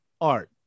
art